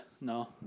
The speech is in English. No